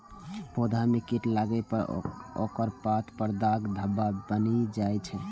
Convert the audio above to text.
पौधा मे कीट लागै पर ओकर पात पर दाग धब्बा बनि जाइ छै